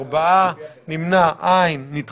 5 נמנעים, אין ההסתייגות בסעיף 5 לא אושרה.